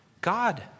God